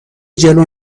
جلو